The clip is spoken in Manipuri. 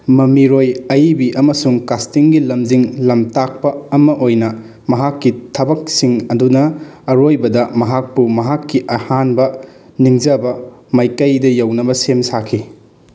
ꯃꯃꯤꯔꯣꯏ ꯑꯏꯕꯤ ꯑꯃꯁꯨꯡ ꯀꯥꯁꯇꯤꯡꯒꯤ ꯂꯝꯖꯤꯡ ꯂꯝꯇꯥꯛꯄ ꯑꯃ ꯑꯣꯏꯅ ꯃꯍꯥꯛꯀꯤ ꯊꯕꯛꯁꯤꯡ ꯑꯗꯨꯅ ꯑꯔꯣꯏꯕꯗ ꯃꯍꯥꯛꯄꯨ ꯃꯍꯥꯛꯀꯤ ꯑꯍꯥꯟꯕ ꯅꯤꯡꯖꯕ ꯃꯥꯏꯀꯩꯗ ꯌꯧꯅꯕ ꯁꯦꯝ ꯁꯥꯈꯤ